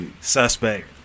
suspect